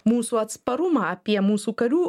mūsų atsparumą apie mūsų karių